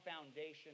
foundation